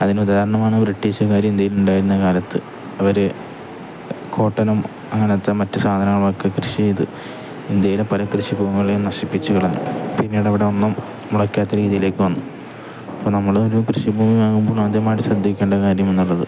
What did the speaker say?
അതിന് ഉദാഹരണമാണ് ബ്രിട്ടീഷുകാർ ഇന്ത്യയിലുണ്ടായിരുന്ന കാലത്ത് അവർ കോട്ടനും അങ്ങനെത്തെ മറ്റ് സാധനങ്ങളൊക്കെ കൃഷി ചെയ്ത് ഇന്ത്യയിലെ പല കൃഷിഭൂമികളെയും നശിപ്പിച്ചുവിടുന്നു പിന്നീടവിടെ ഒന്നും മുളക്കാത്ത രീതിയിലേക്ക് വന്നു അപ്പം നമ്മളൊരു കൃഷിഭൂമി വാങ്ങുമ്പോൾ ആദ്യമായിട്ട് ശ്രദ്ധിക്കേണ്ട കാര്യം എന്നുള്ളത്